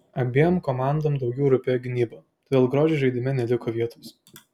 abiem komandom daugiau rūpėjo gynyba todėl grožiui žaidime neliko vietos